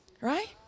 Right